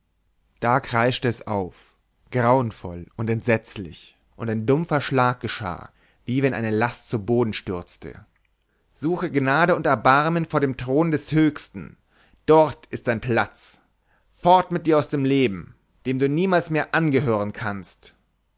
da kreischte es auf grauenvoll und entsetzlich und ein dumpfer schlag geschah wie wenn eine last zu boden stürzte suche gnade und erbarmen vor dem thron des höchsten dort ist dein platz fort mit dir aus dem leben dem du niemals mehr angehören kannst